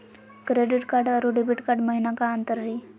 Credit card अरू debit card महिना का अंतर हई?